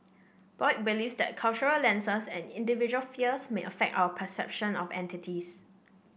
Boyd believes that cultural lenses and individual fears may affect our perception of entities